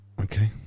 Okay